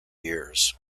years